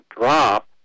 drop